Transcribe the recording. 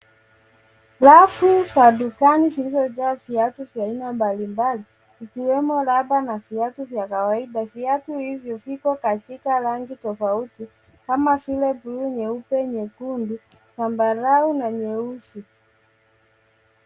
Rafu za dukani zilizojaa viatu vya aina mbalimbali ikiwemo rubber na viatu vya kawaida. Viatu hivyo viko katika rangi tofauti kama vile bluu, nyeupe, nyekundu, zambarau na nyeusi.